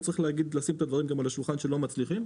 וצריך לשים את הדברים על השולחן גם כשלא מצליחים.